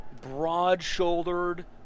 broad-shouldered